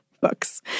books